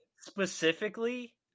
specifically